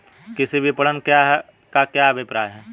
कृषि विपणन का क्या अभिप्राय है?